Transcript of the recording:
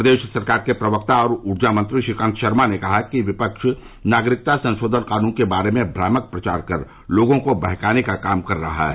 प्रदेश सरकार के प्रवक्ता और ऊर्जा मंत्री श्रीकांत शर्मा ने कहा कि विपक्ष नागरिकता संशोधन कानून के बारे में भ्रामक प्रचार कर लोगों को बहकाने का काम कर रहा है